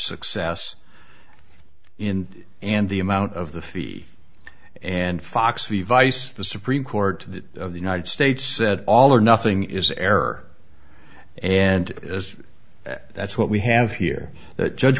success in and the amount of the fee and fox we vice the supreme court of the united states said all or nothing is error and as that's what we have here that judge